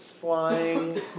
flying